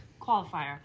Qualifier